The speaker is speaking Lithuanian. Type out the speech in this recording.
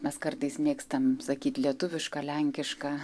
mes kartais mėgstam sakyt lietuviška lenkiška